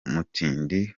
mutindi